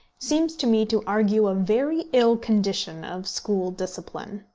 seems to me to argue a very ill condition of school discipline.